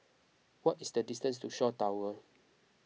what is the distance to Shaw Towers